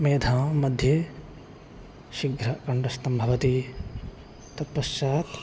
मेधामध्ये शीघ्रं कण्ठस्थं भवति तत्पश्चात्